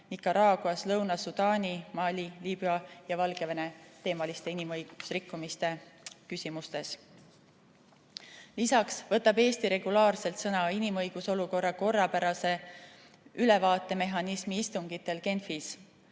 Nicaragua, Lõuna-Sudaani, Mali, Liibüa ja Valgevene inimõiguste rikkumise küsimustes. Lisaks võtab Eesti regulaarselt sõna inimõiguste olukorra korrapärase ülevaatemehhanismi istungitel Genfis,